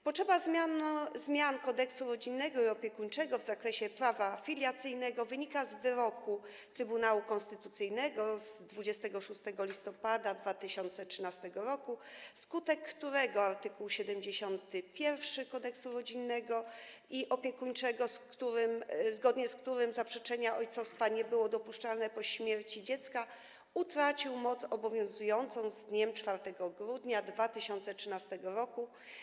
Potrzeba zmian Kodeksu rodzinnego i opiekuńczego w zakresie prawa filiacyjnego wynika z wyroku Trybunału Konstytucyjnego z 26 listopada 2013 r., wskutek którego art. 71 Kodeksu rodzinnego i opiekuńczego, zgodnie z którym zaprzeczenie ojcostwa nie było dopuszczalne po śmierci dziecka, utracił moc obowiązującą z dniem 4 grudnia 2013 r.